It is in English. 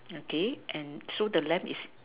okay then so the left is